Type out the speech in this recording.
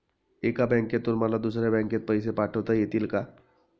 एका बँकेतून मला दुसऱ्या बँकेत पैसे पाठवता येतील का?